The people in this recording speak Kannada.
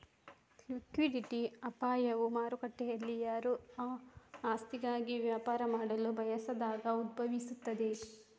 ಲಿಕ್ವಿಡಿಟಿ ಅಪಾಯವು ಮಾರುಕಟ್ಟೆಯಲ್ಲಿಯಾರೂ ಆ ಆಸ್ತಿಗಾಗಿ ವ್ಯಾಪಾರ ಮಾಡಲು ಬಯಸದಾಗ ಉದ್ಭವಿಸುತ್ತದೆ